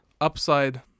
Upside